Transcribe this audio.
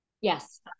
Yes